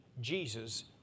Jesus